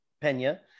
Pena